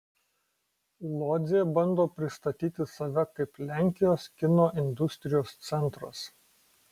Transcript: lodzė bando pristatyti save kaip lenkijos kino industrijos centras